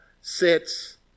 sits